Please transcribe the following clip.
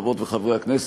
חברות וחברי הכנסת,